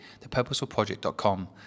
thepurposefulproject.com